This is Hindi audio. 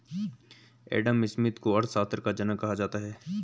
एडम स्मिथ को अर्थशास्त्र का जनक कहा जाता है